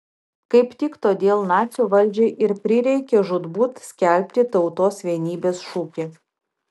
kaip tik todėl nacių valdžiai ir prireikė žūtbūt skelbti tautos vienybės šūkį